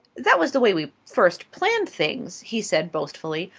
that was the way we first planned things, he said boastfully,